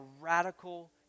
radical